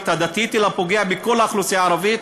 הדתית אלא פוגע בכל האוכלוסייה הערבית.